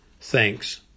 Thanks